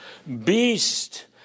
Beast